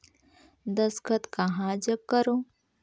दस्खत कहा जग करो?